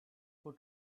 who